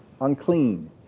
unclean